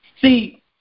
See